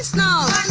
now